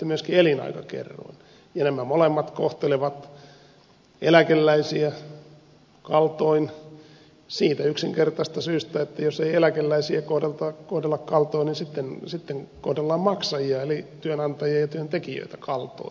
nämä molemmat kohtelevat eläkeläisiä kaltoin siitä yksinkertaisesta syystä että jos ei eläkeläisiä kohdella kaltoin niin sitten kohdellaan maksajia eli työnantajia ja työntekijöitä kaltoin